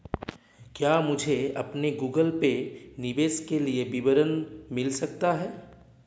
क्या मुझे अपने गूगल पे निवेश के लिए विवरण मिल सकता है?